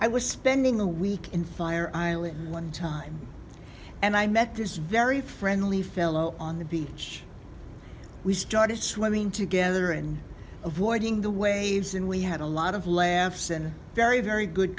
i was spending the week in fire island one time and i met this very friendly fellow on the beach we started swimming together and avoiding the waves and we had a lot of laughs and very very good